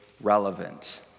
relevant